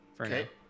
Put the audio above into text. Okay